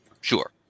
Sure